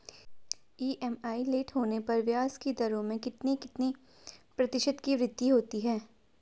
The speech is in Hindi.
ई.एम.आई लेट होने पर ब्याज की दरों में कितने कितने प्रतिशत की वृद्धि होती है?